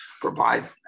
provide